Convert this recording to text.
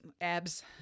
abs